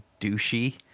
douchey